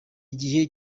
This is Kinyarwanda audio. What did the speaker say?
igihe